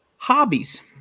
Hobbies